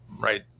Right